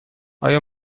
آیا